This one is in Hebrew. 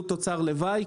אבל הוא תוצר לוואי,